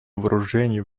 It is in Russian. вооружений